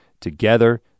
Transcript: together